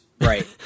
Right